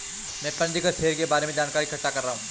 मैं पंजीकृत शेयर के बारे में जानकारी इकट्ठा कर रहा हूँ